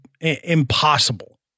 impossible